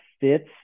fits